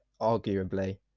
arguably